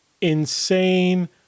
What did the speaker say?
insane